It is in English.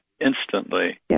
instantly